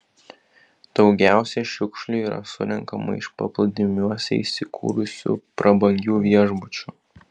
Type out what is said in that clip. daugiausiai šiukšlių yra surenkama iš paplūdimiuose įsikūrusių prabangių viešbučių